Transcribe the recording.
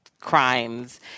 crimes